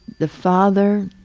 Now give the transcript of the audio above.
the father